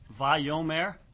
Va'yomer